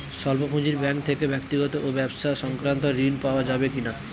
স্বল্প পুঁজির ব্যাঙ্ক থেকে ব্যক্তিগত ও ব্যবসা সংক্রান্ত ঋণ পাওয়া যাবে কিনা?